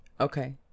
Okay